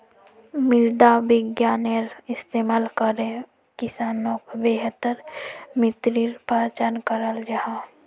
मृदा विग्यानेर इस्तेमाल करे किसानोक बेहतर मित्तिर पहचान कराल जाहा